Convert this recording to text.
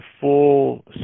full